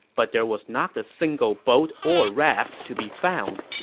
but there was not a single boat or raft to be found.